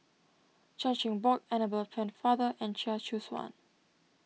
Chan Chin Bock Annabel Pennefather and Chia Choo Suan